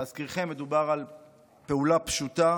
להזכירכם, מדובר בפעולה פשוטה